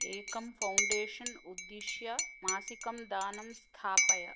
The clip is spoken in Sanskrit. एकम् फ़ौण्डेशन् उद्दिश्य मासिकं दानं स्थापय